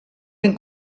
ben